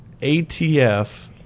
ATF